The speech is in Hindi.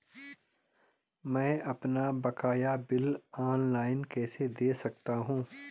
मैं अपना बकाया बिल ऑनलाइन कैसे दें सकता हूँ?